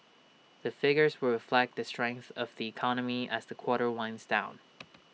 the figures will reflect the strength of the economy as the quarter winds down